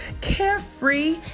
carefree